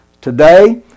today